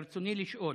ברצוני לשאול: